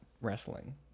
wrestling